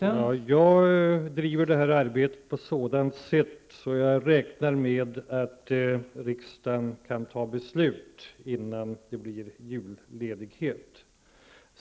Herr talman! Jag driver det här arbetet på sådant sätt att jag räknar med att riksdagen kan fatta beslut före julledigheten.